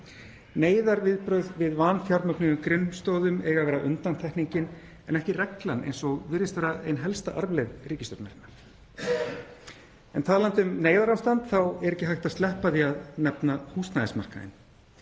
Neyðarviðbrögð við vanfjármögnuðum grunnstoðum eiga að vera undantekningin en ekki reglan eins og virðist vera ein helsta arfleifð ríkisstjórnarinnar. En talandi um neyðarástand þá er ekki hægt að sleppa því að nefna húsnæðismarkaðinn.